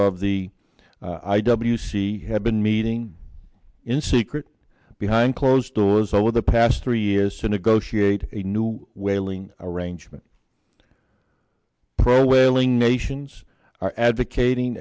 of the i w c have been meeting in secret behind closed doors over the past three years to negotiate a new whaling arrangement pro whaling nations are advocating